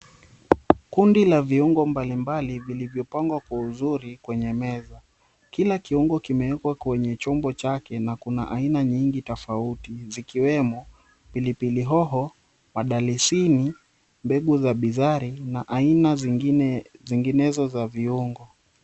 Kundi la viungo mbalimbali vilivyopangwa kwa uzuri kwenye meza. Kila kiungo kimewekwa kwenye chombo chake na kuna aina nyingi tofauti zikiwemo, pilipili hoho madalisini, mbegu za bizari na aina zinginezo za viungo.